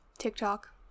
tiktok